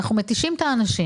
אנחנו מתישים את האנשים